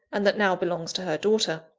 and that now belongs to her daughter.